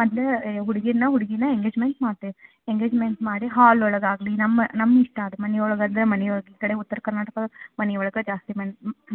ಮದ್ಲು ಈ ಹುಡುಗಿನ ಹುಡುಗಿನ ಎಂಗೇಜ್ಮೆಂಟ್ ಮಾಡ್ತೇವಿ ಎಂಗೇಜ್ಮೆಂಟ್ ಮಾಡಿ ಹಾಲ್ ಒಳಗೆ ಆಗಲಿ ನಮ್ಮ ನಮ್ಮ ಇಷ್ಟ ಅದು ಮನಿಯೊಳಗೆ ಅದ್ರ ಮನಿಯೊಳಗೆ ಈ ಕಡೆ ಉತ್ರ ಕರ್ನಾಟಕ ಮನೆಯೊಳಗೆ ಜಾಸ್ತಿ